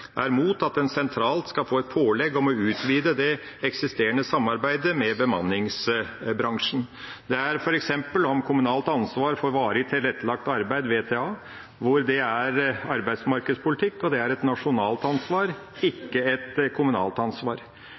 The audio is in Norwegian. er imot at en sentralt skal få et pålegg om å utvide det eksisterende samarbeidet med bemanningsbransjen. Det gjelder f.eks. kommunalt ansvar for varig tilrettelagt arbeid, VTA. Det er arbeidsmarkedspolitikk, og det er et nasjonalt ansvar, ikke et kommunalt ansvar.